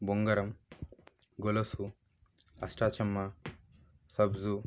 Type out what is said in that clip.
బొంగరం గొలుసు అష్టాచమ్మా సబ్జు